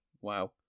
Wow